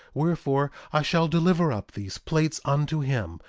wherefore, i shall deliver up these plates unto him,